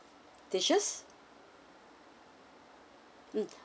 dishes mm